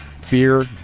fear